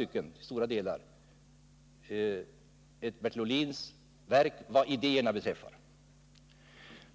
i stora delar ett Bertil Ohlins verk vad idéerna beträffar.